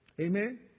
Amen